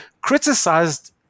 criticized